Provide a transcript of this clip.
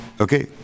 okay